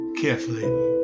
carefully